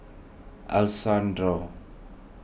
Alessandro